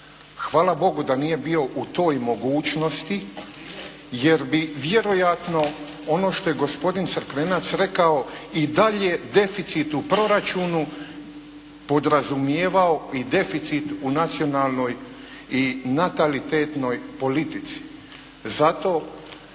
Hvala Bogu da nije bio u toj mogućnosti jer bi vjerojatno ono što je gospodin Crkvenac rekao i dalje deficit u Proračunu podrazumijevao bi deficit u nacionalnoj i natalitetnoj politici. Zato